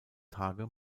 tage